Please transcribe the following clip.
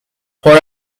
for